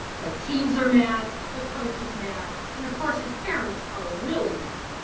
the teams are mad, the coach is mad, and of course his parents are really mad.